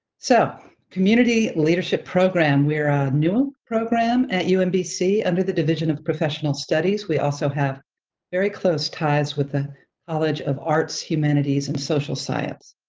so community leadership program, we're a new program at umbc under the division of professional studies. we also have very close ties with the college of arts, humanities and social science.